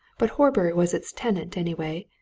but horbury was its tenant, anyway,